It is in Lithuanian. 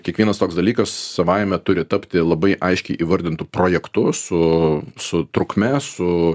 kiekvienas toks dalykas savaime turi tapti labai aiškiai įvardintu projektu su su trukme su